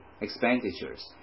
expenditures